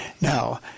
Now